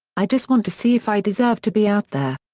i just want to see if i deserve to be out there.